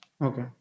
okay